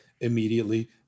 immediately